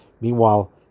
Meanwhile